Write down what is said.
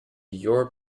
your